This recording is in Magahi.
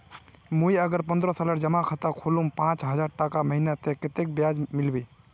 अगर मुई पन्द्रोह सालेर जमा खाता खोलूम पाँच हजारटका महीना ते कतेक ब्याज मिलबे?